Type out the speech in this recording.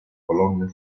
colonne